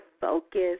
focus